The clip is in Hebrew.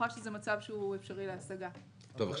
אני לא